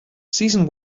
season